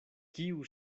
kiu